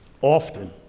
often